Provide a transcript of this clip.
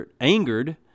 angered